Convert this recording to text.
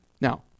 Now